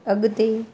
अॻिते